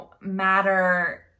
matter